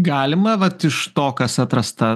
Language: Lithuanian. galima vat iš to kas atrasta